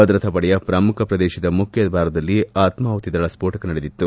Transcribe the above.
ಭದ್ರತಾಪಡೆಯ ಪ್ರಮುಖ ಪ್ರದೇಶದ ಮುಖ್ಯ ದ್ವಾರದಲ್ಲಿ ಆತ್ವಾಹುತಿ ದಳ ಸ್ಫೋಟಕ ನಡೆಸಿತ್ತು